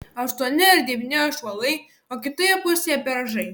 aštuoni ar devyni ąžuolai o kitoje pusėje beržai